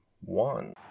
one